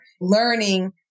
learning